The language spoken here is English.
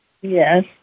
Yes